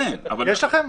כן --- יש לכם?